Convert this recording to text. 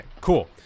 cool